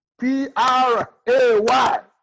P-R-A-Y